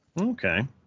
Okay